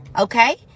Okay